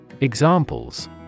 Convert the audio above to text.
Examples